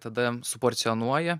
tada suporcijonuoji